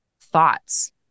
thoughts